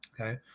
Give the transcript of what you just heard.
okay